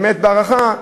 באמת בהערכה,